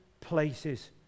places